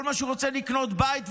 כל מה שהוא רוצה לקנות זה בית,